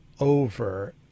over